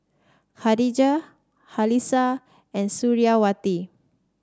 Khadija Khalish and Suriawati